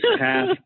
half